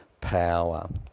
power